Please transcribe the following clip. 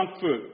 food